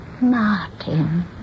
Martin